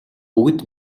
бүгд